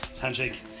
handshake